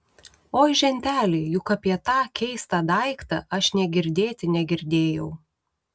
oi ženteli juk apie tą keistą daiktą aš nė girdėti negirdėjau